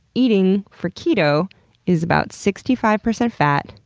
eating for keto is about sixty five percent fat,